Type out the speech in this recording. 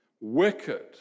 wicked